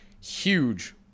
huge